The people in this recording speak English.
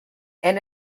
and